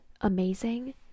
amazing